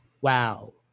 wow